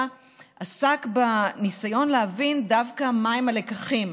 עסק בניסיון להבין דווקא מהם הלקחים,